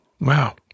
Wow